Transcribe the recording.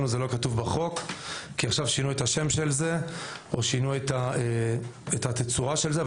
שזה לא כתוב בחוק כי עכשיו שינו את השם של זה או את התצורה של זה,